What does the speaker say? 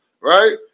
right